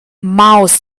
mouse